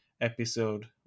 episode